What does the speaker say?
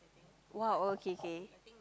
!wow! okay K